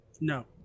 No